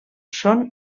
són